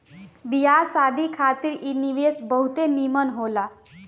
बियाह शादी खातिर इ निवेश बहुते निमन होला